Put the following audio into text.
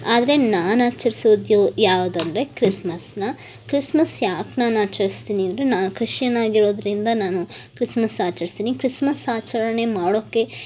ಆದರೆ ನಾನು ಆಚರಿಸೋದು ಯಾವುದಂದ್ರೆ ಕ್ರಿಸ್ಮಸನ್ನು ಕ್ರಿಸ್ಮಸ್ ಯಾಕೆ ನಾನು ಆಚರಿಸ್ತೀನಿ ಅಂದರೆ ನಾನು ಕ್ರಿಶ್ಚಿಯನ್ ಆಗಿರೋದರಿಂದ ನಾನು ಕ್ರಿಸ್ಮಸ್ ಆಚರಿಸ್ತೀನಿ ಕ್ರಿಸ್ಮಸ್ ಆಚರಣೆ ಮಾಡೋಕೆ